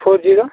four zero